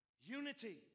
unity